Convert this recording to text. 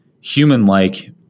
human-like